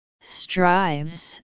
Strives